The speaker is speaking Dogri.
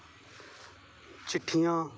चिट्ठियां